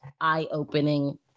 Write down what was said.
eye-opening